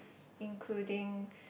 including